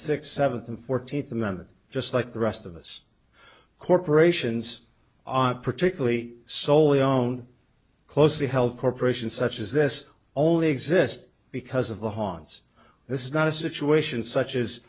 sixth seventh and fourteenth amendment just like the rest of us corporations are particularly soley on closely held corporations such as this only exist because of the haunts this is not a situation such as